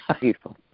Beautiful